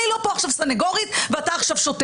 אני לא סנגורית פה עכשיו ואתה שוטר.